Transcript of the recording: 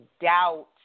doubt